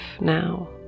now